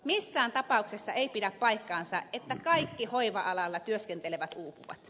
missään tapauksessa ei pidä paikkaansa että kaikki hoiva alalla työskentelevät uupuvat